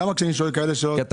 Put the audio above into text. תודה